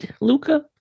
Luca